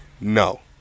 No